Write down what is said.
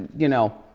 you know,